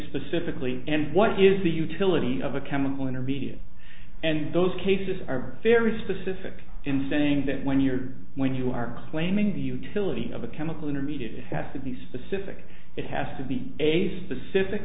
specifically and what is the utility of a chemical intermediate and those cases are very specific in saying that when you're when you are claiming the utility of a chemical intermediate it has to be specific it has to be a specific